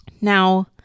now